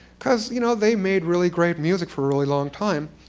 because you know they made really great music for a really long time,